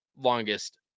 longest